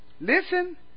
Listen